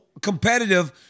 competitive